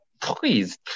please